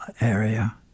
area